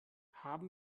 haben